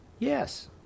Yes